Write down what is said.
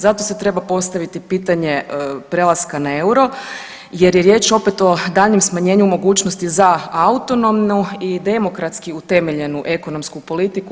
Zato se treba postaviti pitanje prelaska na EUR-o jer je riječ opet o daljnjem smanjenju mogućnosti za autonomnu i demokratski utemeljenu ekonomsku politiku.